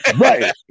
Right